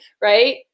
right